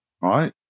right